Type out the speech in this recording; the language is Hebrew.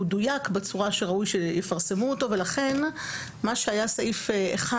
הוא דוייק בצורה שראו שיפרסמו אותו ולכן מה שהיה סעיף 1